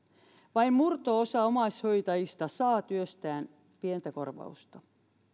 vain murto osa omaishoitajista saa työstään pientä korvausta